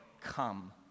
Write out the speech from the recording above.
come